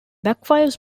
backfires